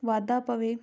ਵਾਧਾ ਪਵੇ